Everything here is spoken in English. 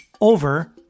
over